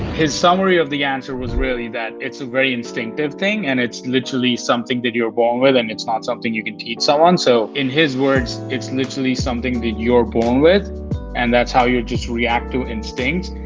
his summary of the answer was really that it's a very instinctive thing and it's literally something that you're born with and it's not something you can teach someone. so in his words, it's literally something that you're born with and that's how you're just reacting instincts.